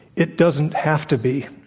it doesn't have to be.